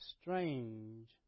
Strange